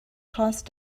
cause